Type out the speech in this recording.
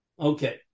Okay